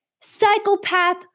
psychopath